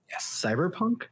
cyberpunk